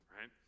right